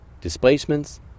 displacements